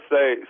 Say